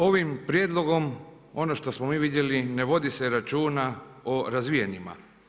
Ovim prijedlogom ono što smo mi vidjeli ne vodi se računa o razvijenima.